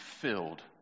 filled